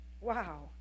Wow